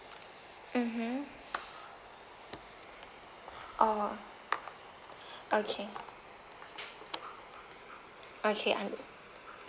mmhmm oh okay okay under~